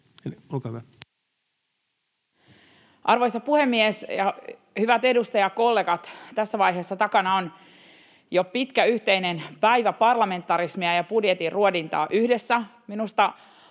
Olkaa hyvä. Arvoisa puhemies! Hyvät edustajakollegat! Tässä vaiheessa takana on jo pitkä yhteinen päivä parlamentarismia ja budjetin ruodintaa yhdessä.